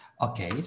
Okay